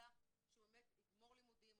אלא שהוא יגמור לימודים,